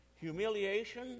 humiliation